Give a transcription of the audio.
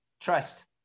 Trust